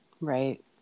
Right